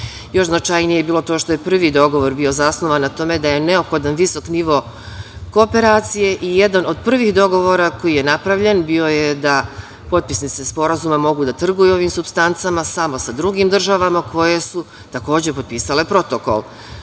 Još značajnije je bilo to što je prvi dogovor bio zasnovan na tome da je neophodan visok nivo kooperacije i jedan od prvih dogovora koji je napravljen bio je da potpisnice sporazuma mogu da trguju ovim supstancama samo sa drugim državama koje su, takođe, potpisale protokol,